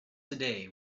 today